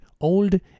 Old